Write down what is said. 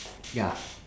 ya